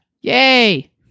Yay